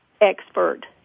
expert